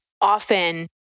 often